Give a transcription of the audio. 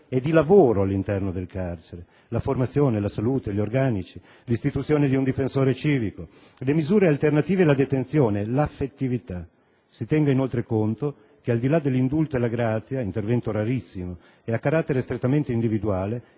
e di lavoro all'interno del carcere, la formazione, la salute, gli organici, l'istituzione di un difensore civico, le misure alternative alla detenzione, l'affettività. Si tenga inoltre conto che al di là dell'indulto e la grazia, intervento rarissimo e a carattere strettamente individuale,